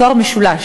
תואר משולש.